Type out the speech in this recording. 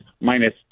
minus